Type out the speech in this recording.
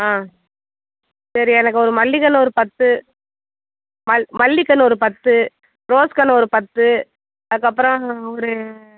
ஆ சரி எனக்கு ஒரு மல்லி கன்று ஒரு பத்து ம மல்லி கன்று ஒரு பத்து ரோஸ் கன்று ஒரு பத்து அதற்கப்பறம் ஒரு